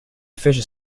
fisher